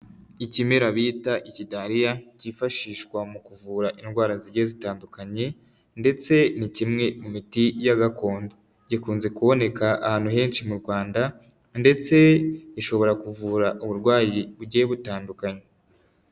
Ikimera bita ikidariya, kifashishwa mu kuvura indwara zigiye zitandukanye ndetse ni kimwe mu miti ya gakondo, gikunze kuboneka ahantu henshi mu Rwanda ndetse gishobora kuvura uburwayi bugiye butandukanye.